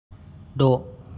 द'